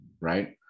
Right